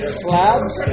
slabs